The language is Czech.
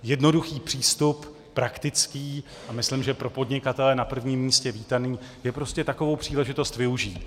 Jednoduchý přístup, praktický a myslím, že pro podnikatele na prvním místě vítaný, je prostě takovou příležitost využít.